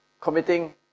committing